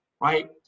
right